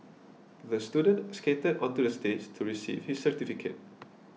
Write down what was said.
the student skated onto the stage to receive his certificate